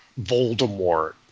Voldemort